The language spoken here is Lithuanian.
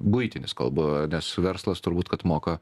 buitinis kalba nes verslas turbūt kad moka